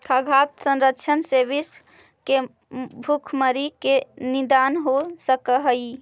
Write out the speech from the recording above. खाद्यान्न संरक्षण से विश्व के भुखमरी के निदान हो सकऽ हइ